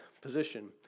position